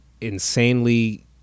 insanely